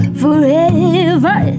forever